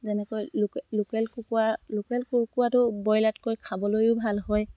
যেনেকৈ local local কুকৰা local কুকুৰাটো ব্ৰইলাৰতকৈ খাবলৈও ভাল হয়